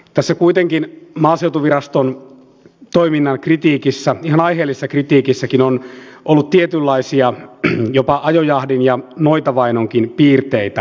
tässä kuitenkin maaseutuviraston toiminnan kritiikissä on aiheellista kritiikissäkin on ollut tietynlaisia jopa ajojahdin ja noitavainonkin piirteitä